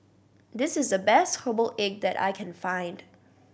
this is the best herbal egg that I can find